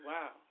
Wow